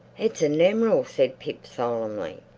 it's a nemeral, said pip solemnly.